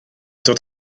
dod